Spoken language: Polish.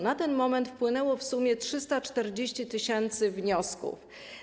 Na ten moment wpłynęło w sumie 340 tys. wniosków.